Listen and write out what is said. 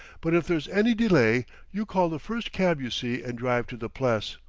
but if there's any delay, you call the first cab you see and drive to the pless.